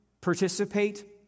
participate